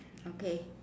okay